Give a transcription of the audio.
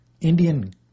Indian